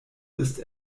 ist